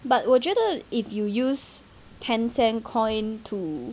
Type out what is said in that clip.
but 我觉得 if you use ten cent coin to